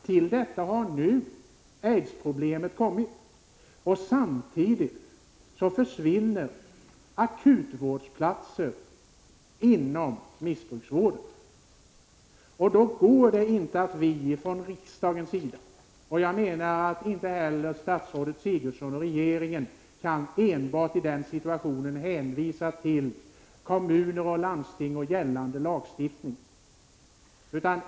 Till detta har nu kommit problemet med aids, och samtidigt försvinner akutvårdsplatser inom missbrukarvården. Jag menar att det då inte går an att vi från riksdagens sida och från statsrådet Sigurdsens och regeringens sida enbart hänvisar till kommuner och landsting samt gällande lagstiftning.